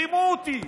רימו אותי.